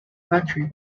project